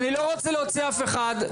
אני לא רוצה להוציא אף אחד.